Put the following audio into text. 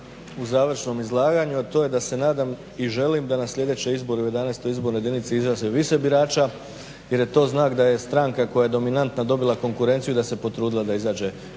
u završnom izlaganju, a to je da se nadam i želim da na sljedeće izbore u XI. izbornoj jedinici izađe više birača jer je to znak da je stranka koja je dominantna dobila konkurenciju i da se potrudila da izađe